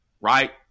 right